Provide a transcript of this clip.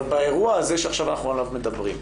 אבל באירוע הזה שעכשיו אנחנו עליו מדברים,